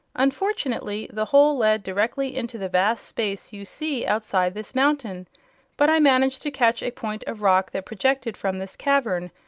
unfortunately, the hole led directly into the vast space you see outside this mountain but i managed to catch a point of rock that projected from this cavern,